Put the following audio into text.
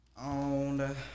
On